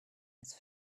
his